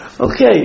okay